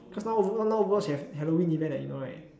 cause now over now Overwatch have Halloween event leh you know right